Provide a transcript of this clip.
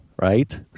right